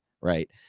right